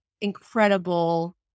incredible